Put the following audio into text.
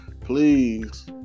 please